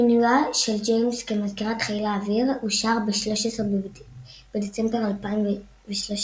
מינויה של ג'יימס כמזכירת חיל האוויר אושר ב-13 בדצמבר 2013,